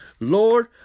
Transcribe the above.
Lord